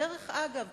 כבדרך אגב,